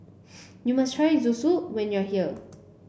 you must try Zosui when you are here